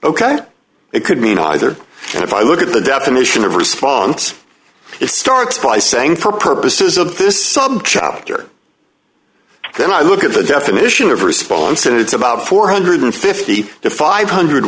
ok it could mean either and if i look at the definition of response it starts by saying for purposes of this subchapter then i look at the definition of response and it's about four hundred and fifty to five hundred